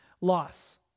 loss